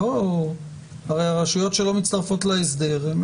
הרי הרשויות שלא מצטרפות להסדר,